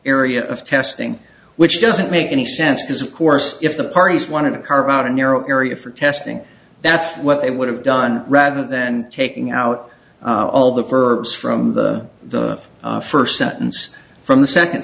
area of testing which doesn't make any sense because of course if the parties wanted to carve out a narrow area for testing that's what they would have done rather then taking out all the fir from the first sentence from the second